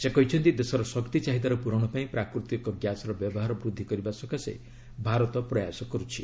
ସେ କହିଛନ୍ତି ଦେଶର ଶକ୍ତି ଚାହିଦାର ପୂରଣ ପାଇଁ ପ୍ରାକୃତିକ ଗ୍ୟାସ୍ର ବ୍ୟବହାର ବୃଦ୍ଧି କରିବା ସକାଶେ ଭାରତ ପ୍ରୟାସ କରୁଛି